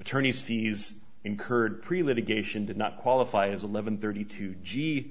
attorneys fees incurred pre litigation did not qualify as eleven thirty two g